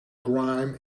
grime